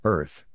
Earth